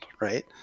right